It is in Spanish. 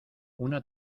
una